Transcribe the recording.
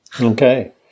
Okay